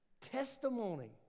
Testimony